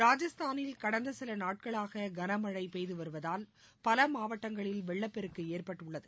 ராஜஸ்தாளில் கடந்த சில நாட்களாக கனமழழ பெய்து வருவதால் பல மாவட்டங்களில் வெள்ளப்பெருக்கு ஏற்பட்டுள்ளது